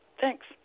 Thanks